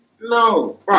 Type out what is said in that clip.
No